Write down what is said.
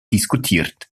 diskutiert